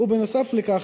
בנוסף לכך,